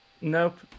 Nope